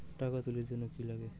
টাকা তুলির জন্যে কি লাগে?